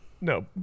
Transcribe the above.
No